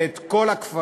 ואת כל הכפרים,